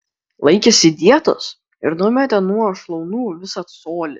laikėsi dietos ir numetė nuo šlaunų visą colį